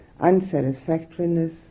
unsatisfactoriness